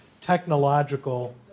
technological